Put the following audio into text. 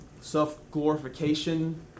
self-glorification